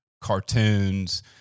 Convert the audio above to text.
cartoons